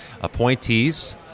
Appointees